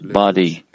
body